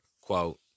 Quote